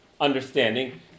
understanding